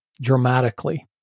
dramatically